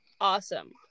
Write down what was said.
Awesome